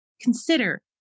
Consider